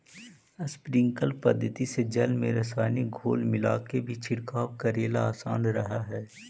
sprinkler पद्धति से जल में रसायनिक घोल मिलाके भी छिड़काव करेला आसान रहऽ हइ